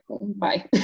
bye